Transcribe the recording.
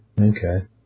Okay